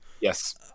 Yes